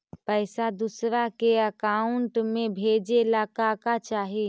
पैसा दूसरा के अकाउंट में भेजे ला का का चाही?